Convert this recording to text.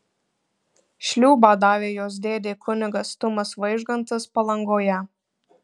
šliūbą davė jos dėdė kunigas tumas vaižgantas palangoje